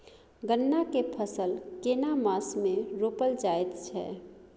गन्ना के फसल केना मास मे रोपल जायत छै?